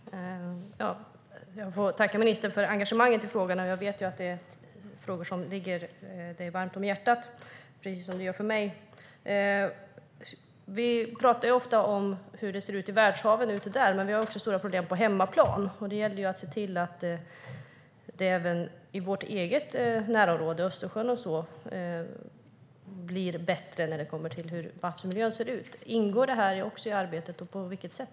Herr talman! Jag tackar ministern för engagemanget i frågan. Jag vet att dessa frågor ligger henne varmt om hjärtat, precis som de gör för mig. Vi pratar ofta om hur det ser ut i världshaven, men vi har också stora problem på hemmaplan. Det gäller att se till att vattenmiljön blir bättre även i vårt eget närområde Östersjön. Ingår det i arbetet och i så fall på vilket sätt?